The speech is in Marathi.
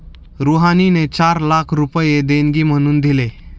रुहानीने चार लाख रुपये देणगी म्हणून दिले